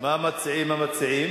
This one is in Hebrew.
מה מציעים המציעים?